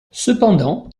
cependant